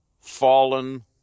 fallen